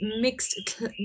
mixed